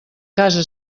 casa